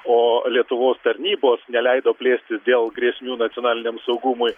o lietuvos tarnybos neleido plėstis dėl grėsmių nacionaliniam saugumui